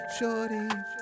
Shorty